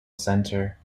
centre